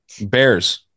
Bears